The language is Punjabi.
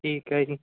ਠੀਕ ਹੈ ਜੀ